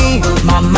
Mama